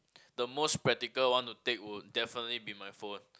the most practical one to take would definitely be my phone